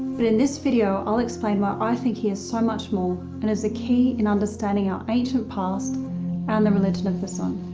but in this video, i'll explain why i think he is so much more and is key in understanding our ancient past and the religion of the sun.